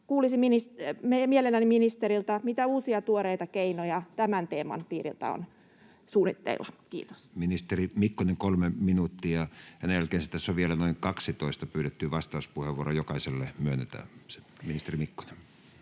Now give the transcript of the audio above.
Kuulisin mielelläni ministeriltä, mitä uusia, tuoreita keinoja tämän teeman piiriltä on suunnitteilla. — Kiitos. Ministeri Mikkonen, kolme minuuttia. Hänen jälkeensä tässä on sitten vielä noin 12 pyydettyä vastauspuheenvuoroa, jokaiselle myönnetään. — Ministeri Mikkonen.